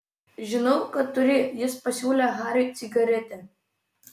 žinau kad turi jis pasiūlė hariui cigaretę